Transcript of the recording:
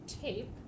tape